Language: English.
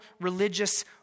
religious